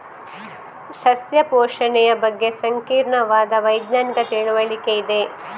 ಸಸ್ಯ ಪೋಷಣೆಯ ಬಗ್ಗೆ ಸಂಕೀರ್ಣವಾದ ವೈಜ್ಞಾನಿಕ ತಿಳುವಳಿಕೆ ಇದೆ